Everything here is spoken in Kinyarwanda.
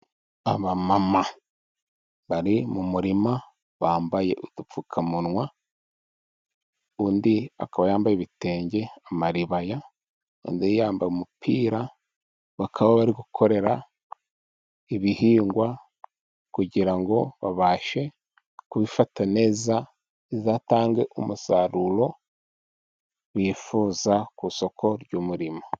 Abamama bari mu murima bambaye udupfukamunwa undi akaba yambaye ibitenge amaribaya , undi yambaye umupira bakaba bari gukorera ibihingwa kugira ngo babashe kubifata neza, bizatange umusaruro bifuza ku isoko ry'umurimo.